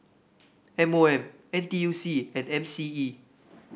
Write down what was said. M O M N T U C and M C E